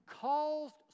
caused